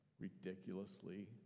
ridiculously